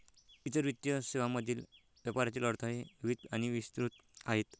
इतर वित्तीय सेवांमधील व्यापारातील अडथळे विविध आणि विस्तृत आहेत